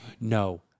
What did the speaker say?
No